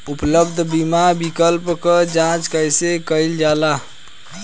उपलब्ध बीमा विकल्प क जांच कैसे कइल जाला?